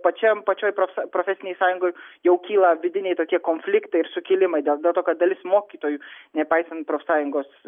pačiam pačioj prof profesinėj sąjungoj jau kyla vidiniai tokie konfliktai ir sukilimai dėl dėl to kad dalis mokytojų nepaisant profsąjungos